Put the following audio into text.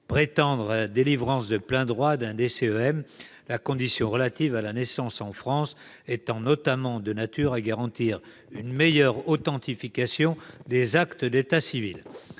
prétendre à la délivrance de plein droit d'un DCEM, la condition relative à la naissance en France étant notamment de nature à garantir une meilleure authentification des actes d'état civil.